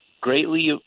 greatly